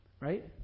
Right